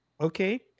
Okay